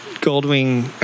Goldwing